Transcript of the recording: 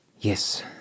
Yes